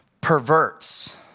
perverts